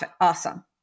Awesome